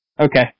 Okay